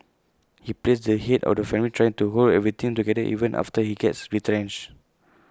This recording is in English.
he plays the Head of the family trying to hold everything together even after he gets retrenched